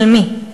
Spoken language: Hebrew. של מי?